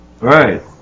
right